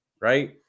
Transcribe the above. right